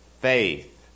faith